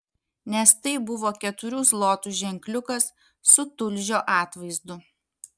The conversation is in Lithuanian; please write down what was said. nes tai buvo keturių zlotų ženkliukas su tulžio atvaizdu